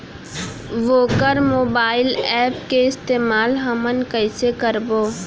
वोकर mobile app के इस्तेमाल हमन कइसे करबो?